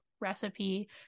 recipe